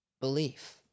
belief